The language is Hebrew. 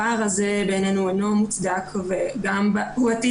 הפער הזה בעינינו לא מוצדק והוא עתיד